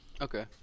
Okay